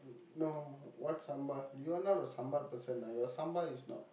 no what sambal you are not a sambal person lah your sambal is not